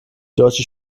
deutsche